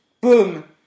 boom